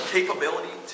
Capability